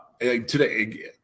today